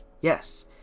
yes